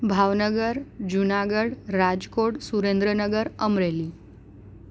Bhavnagar Junagadh Rajkot Surendranagar Amreli